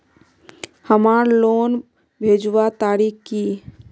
हमार लोन भेजुआ तारीख की?